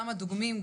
גם הדוגמים,